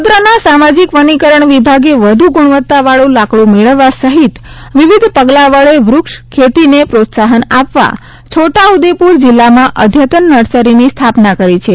વડોદરાના સામાજિક વનીકરણ વિભાગે વધુ ગુણવત્તાવાળુ લાકડું મેળવવા સહિત વિવિધ પગલાં વડે વૃક્ષ ખેતીને પ્રોત્સાહન આપવા છોટાઉદેપુર જિલ્લામાં અઘતન નર્સરીની સ્થાપના કરી છે